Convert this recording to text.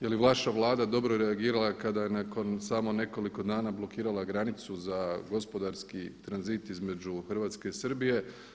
Je li vaša Vlada dobro reagirala kada je nakon samo nekoliko dana blokirala granicu za gospodarski tranzit između Hrvatske i Srbije?